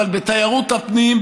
אבל בתיירות הפנים,